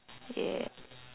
ya